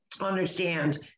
understand